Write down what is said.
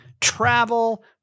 travel